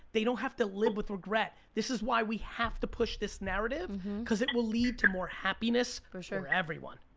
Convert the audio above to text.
they don't have to live with regret. this is why we have to push this narrative cause it will lead to more happiness for everyone.